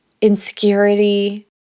insecurity